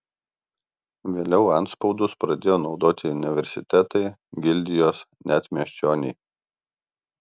vėliau antspaudus pradėjo naudoti universitetai gildijos net miesčioniai